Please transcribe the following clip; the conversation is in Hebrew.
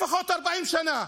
לפחות 40 שנה.